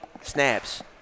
snaps